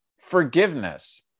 forgiveness